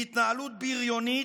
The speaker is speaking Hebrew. היא התנהלות בריונית,